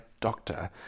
doctor